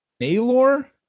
Naylor